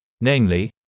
Namely